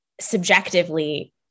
subjectively